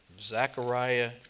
Zechariah